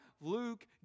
Luke